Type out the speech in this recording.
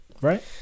Right